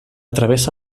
travessa